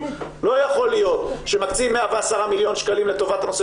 לא יכול להיות שמקצים 100 מיליון שקלים לטובת הנושא